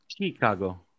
Chicago